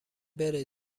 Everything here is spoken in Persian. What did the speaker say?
بره